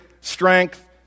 strength